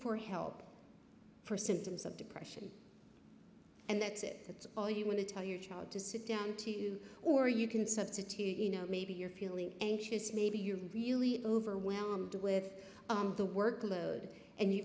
for help for symptoms of depression and that's it that's all you want to tell your child to sit down to or you can substitute you know maybe you're feeling anxious maybe you're really overwhelmed with the workload and you